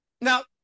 Now